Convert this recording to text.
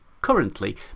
currently